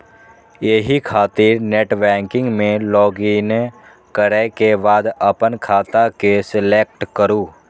एहि खातिर नेटबैंकिग मे लॉगइन करै के बाद अपन खाता के सेलेक्ट करू